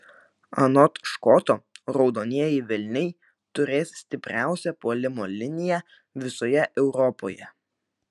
anot škoto raudonieji velniai turės stipriausią puolimo liniją visoje europoje